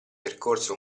percorse